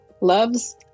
loves